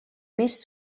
més